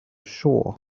shore